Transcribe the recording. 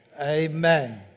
Amen